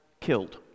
killed